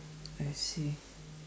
I see